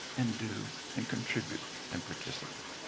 and do, and contribute, and participate.